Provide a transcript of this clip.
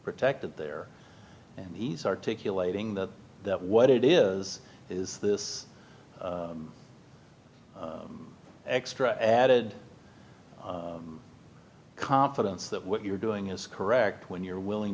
protected there and he's articulating that that what it is is this extra added confidence that what you're doing is correct when you're willing